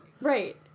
right